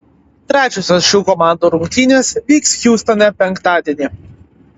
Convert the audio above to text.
trečiosios šių komandų rungtynės vyks hjustone penktadienį